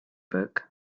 book